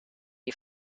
you